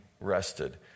rested